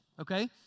okay